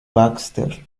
baxter